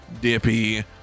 dippy